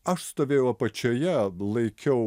aš stovėjau apačioje laikiau